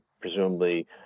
presumably